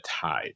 tide